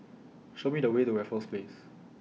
Show Me The Way to Raffles Place